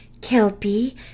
Kelpie